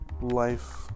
life